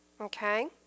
okay